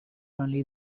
only